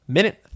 Minute